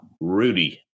Rudy